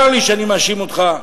צר לי שאני מאשים אותך,